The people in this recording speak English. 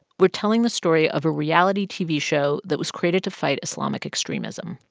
we're telling the story of a reality tv show that was created to fight islamic extremism.